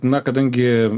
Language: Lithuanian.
na kadangi